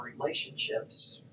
relationships